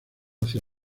hacia